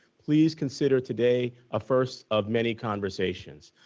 please consider today a first of many conversations.